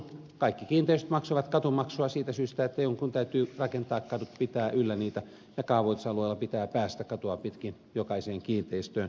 kaikki kiinteistöt maksoivat katumaksua siitä syystä että jonkun täytyy rakentaa kadut pitää yllä niitä ja kaavoitusalueella pitää päästä katua pitkin jokaiseen kiinteistöön